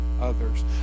others